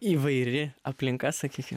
įvairi aplinka sakykim